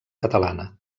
catalana